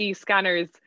scanners